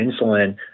insulin